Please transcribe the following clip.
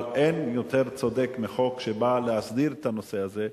אבל אין יותר צודק מחוק שבא להסדיר את הנושא הזה.